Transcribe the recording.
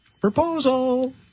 Proposal